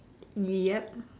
yup